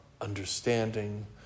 understanding